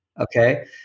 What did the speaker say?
Okay